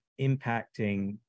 impacting